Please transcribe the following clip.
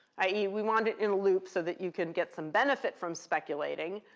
i e. we want it in a loop so that you can get some benefit from speculating.